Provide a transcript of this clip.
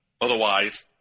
Otherwise